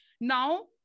now